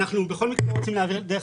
בכל מקרה אנחנו לא רוצים להעביר דרך